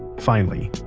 finally,